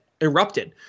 erupted